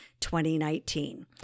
2019